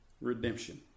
redemption